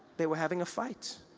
they were having a fight